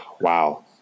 Wow